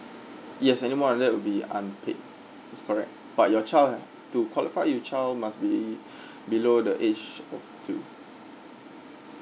yes any more than that will be unpaid it's correct but your child ha~ to qualify you child must be below the age of two